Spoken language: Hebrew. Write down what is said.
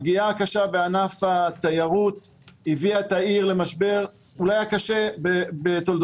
הפגיעה הקשה בענף התיירות הביאה את העיר למשבר אולי הקשה בתולדותיה.